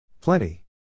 Plenty